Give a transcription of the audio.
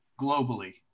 globally